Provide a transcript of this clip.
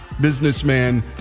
businessman